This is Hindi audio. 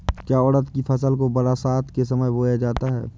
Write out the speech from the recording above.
क्या उड़द की फसल को बरसात के समय बोया जाता है?